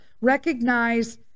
Recognize